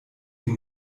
die